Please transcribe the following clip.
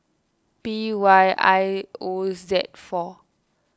P Y I O Z four